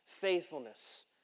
faithfulness